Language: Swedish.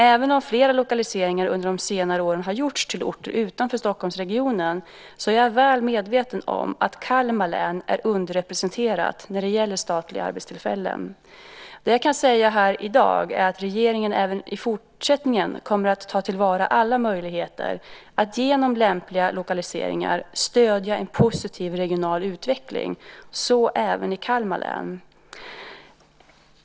Även om flera lokaliseringar under senare år gjorts till orter utanför Stockholmsregionen är jag väl medveten om att Kalmar län är underrepresenterat när det gäller statliga arbetstillfällen. Det jag kan säga här i dag är att regeringen även i fortsättningen kommer att ta till vara alla möjligheter att genom lämpliga lokaliseringar stödja en positiv regional utveckling, så även i Kalmar län.